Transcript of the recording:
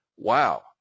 Wow